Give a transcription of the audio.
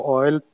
oil